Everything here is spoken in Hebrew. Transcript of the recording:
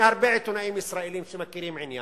זה מהרבה עיתונאים ישראלים שמכירים את העניין,